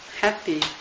happy